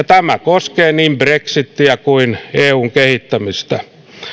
tämä koskee niin brexitiä kuin eun kehittämistä